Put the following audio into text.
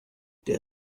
der